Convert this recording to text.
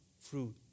fruit